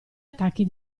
attacchi